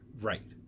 Right